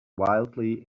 wildly